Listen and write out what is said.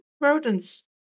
rodents